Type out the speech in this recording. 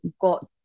got